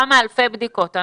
כמה אלפי בדיקות.